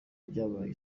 byabaye